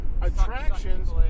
attractions